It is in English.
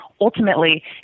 ultimately